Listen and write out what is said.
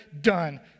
Done